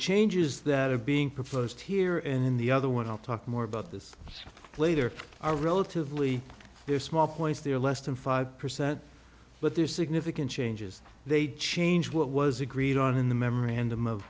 changes that are being proposed here in the other one i'll talk more about this later are relatively small points they're less than five percent but they're significant changes they change what was agreed on in the memorandum of